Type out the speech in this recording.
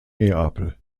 neapel